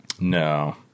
No